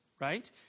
right